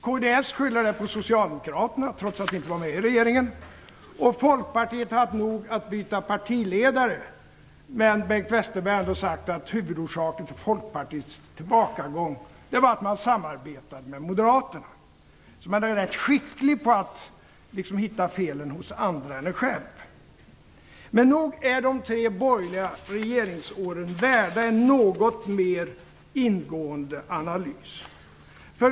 Kds skyller valnederlaget på Socialdemokraterna, trots att vi inte var med i regeringen. Folkpartiet har haft nog med att byta partiledare. Men Bengt Westerberg har sagt att huvudorsaken till Folkpartiets tillbakagång är att man samarbetat med Moderaterna. De är alltså rätt skickliga på att hitta fel hos andra än hos sig själva! Men nog är de tre borgerliga regeringsåren värda en något mer ingåendE analys.